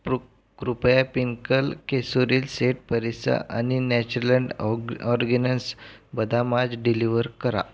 कृ कृपया पिनकल केसोरील सेट परिसा आणि नॅचरलँड ऑग ऑर्गनस बदाम आज डिलिव्हर करा